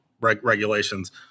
regulations